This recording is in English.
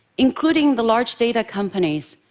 including the large data companies,